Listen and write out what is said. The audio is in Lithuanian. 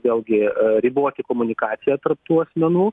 vėlgi riboti komunikaciją tarp tų asmenų